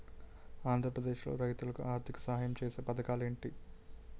ఆంధ్రప్రదేశ్ లో రైతులు కి ఆర్థిక సాయం ఛేసే పథకాలు ఏంటి?